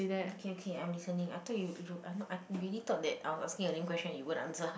okay okay I'm listening I thought you you I I really thought that I was asking a lame question you wouldn't answer